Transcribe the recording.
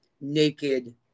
naked